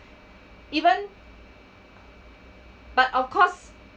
even but of course